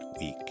week